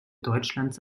deutschlands